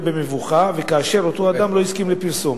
במבוכה וכאשר אותו אדם לא הסכים לפרסום.